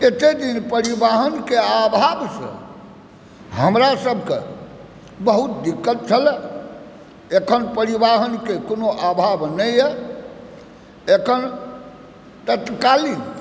एते दिन परिवहनके अभावसँ हमरा सबके बहुत दिक्कत छल एखन परिवहनके कोनो अभाव नहि अइ एखन तत्कालीन